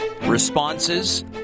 responses